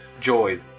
joy